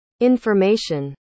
information